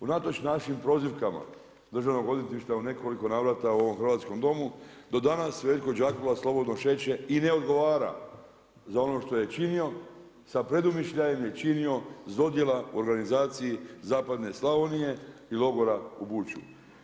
Unatoč našim prozivkama Državnog odvjetništva u nekoliko navrata u ovom hrvatskom Domu, do danas … slobodno šeće i ne odgovara za ono što je činio sa predumišljajem je činio zlodjela u organizaciji Zapadne Slavonije i logora u Buću.